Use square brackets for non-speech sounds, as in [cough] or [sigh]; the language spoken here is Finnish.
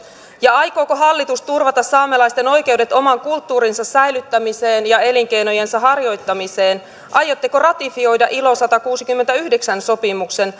ja aikooko hallitus turvata saamelaisten oikeudet oman kulttuurinsa säilyttämiseen ja elinkeinojensa harjoittamiseen aiotteko ratifioida ilo satakuusikymmentäyhdeksän sopimuksen [unintelligible]